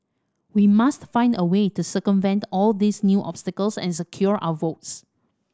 we must find a way to circumvent all these new obstacles and secure our votes